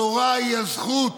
התורה היא הזכות